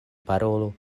parolu